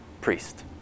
priest